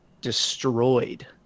destroyed